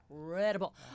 Incredible